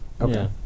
Okay